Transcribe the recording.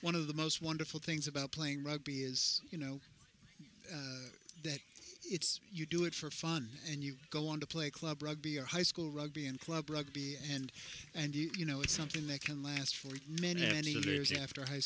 one of the most wonderful things about playing rugby is you know that it's you do it for fun and you go on to play club rugby a high school rugby and club rugby and and you know it's something that can last for many many layers after high